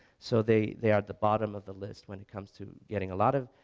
so they they are at the bottom of the list when it comes to getting a lot of,